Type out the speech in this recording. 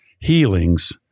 healings